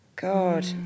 God